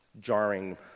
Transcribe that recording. jarring